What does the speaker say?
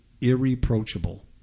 irreproachable